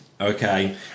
okay